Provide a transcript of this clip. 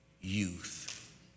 youth